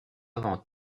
avant